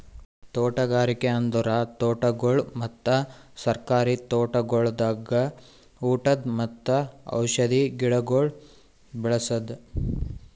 ತೋಟಗಾರಿಕೆ ಅಂದುರ್ ತೋಟಗೊಳ್ ಮತ್ತ ಸರ್ಕಾರಿ ತೋಟಗೊಳ್ದಾಗ್ ಉಟದ್ ಮತ್ತ ಔಷಧಿ ಗಿಡಗೊಳ್ ಬೇಳಸದ್